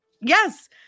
Yes